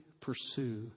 pursue